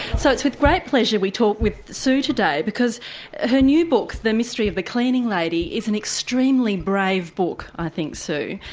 so it's with great pleasure we talk with sue today because her new book the mystery of the cleaning lady is an extremely brave book i think sue.